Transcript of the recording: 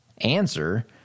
answer